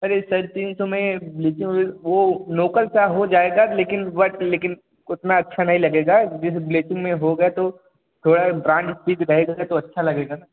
sir searching तो मैं bleaching उलीचिंग वो लोकल का हो जाएगा लेकिन बट लेकिन उतना अच्छा नहीं लगेगा जैसे ब्लीचिंग में होगा तो थोड़ा ब्रांड रहेगा सर तो अच्छा लगेगा सर